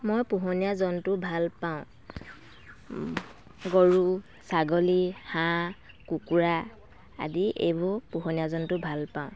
মই পোহনীয় জন্তু ভাল পাওঁ গৰু ছাগলী হাঁহ কুকুৰা আদি এইবোৰ পোহনীয়া জন্তু ভাল পাওঁ